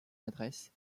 adresse